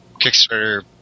Kickstarter